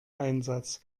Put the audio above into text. einsatz